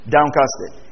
Downcasted